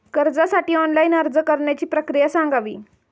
कर्जासाठी ऑनलाइन अर्ज करण्याची प्रक्रिया सांगावी